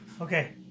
Okay